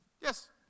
Yes